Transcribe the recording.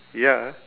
ya